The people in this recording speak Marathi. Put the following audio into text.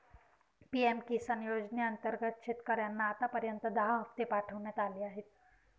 पी.एम किसान योजनेअंतर्गत शेतकऱ्यांना आतापर्यंत दहा हप्ते पाठवण्यात आले आहेत